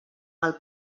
pel